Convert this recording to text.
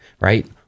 right